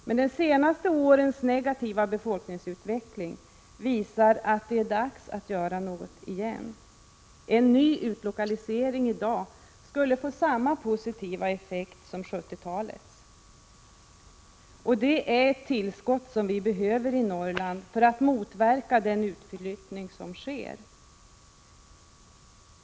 Men de senaste årens negativa befolkningsutveckling visar att det är dags att göra något igen. En ny utlokalisering i dag skulle få samma positiva effekt som 70-talets. Det är ett tillskott som vi behöver i Norrland för att motverka utflyttningen därifrån.